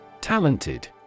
Talented